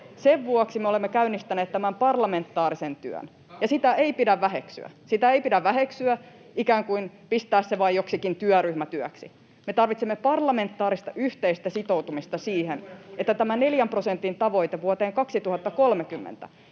Sen vuoksi me olemme käynnistäneet tämän parlamentaarisen työn, ja sitä ei pidä väheksyä — sitä ei pidä väheksyä, ikään kuin pistää se vain joksikin työryhmätyöksi. Me tarvitsemme parlamentaarista, yhteistä sitoutumista siihen, [Perussuomalaisten